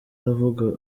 aravuga